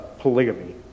Polygamy